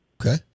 Okay